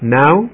now